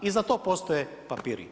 I za to postoje papiri.